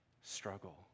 struggle